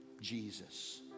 Jesus